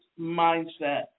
Mindset